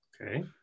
Okay